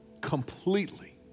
completely